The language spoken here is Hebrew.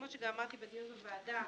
כמו שגם אמרתי בדיון בוועדה,